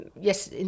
yes